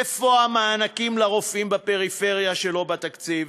איפה המענקים לרופאים בפריפריה, שלא בתקציב?